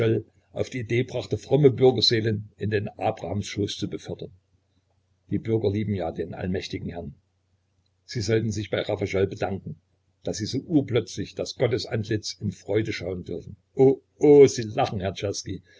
auf die idee brachte fromme bürgerseelen in den abrahamsschoß zu befördern die bürger lieben ja den allmächtigen herrn sie sollten sich bei ravachol bedanken daß sie so urplötzlich das gottesantlitz in freude schauen dürfen oh oh sie lachen herr